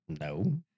No